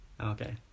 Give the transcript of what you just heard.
okay